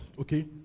okay